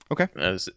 Okay